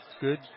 Good